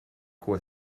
quoi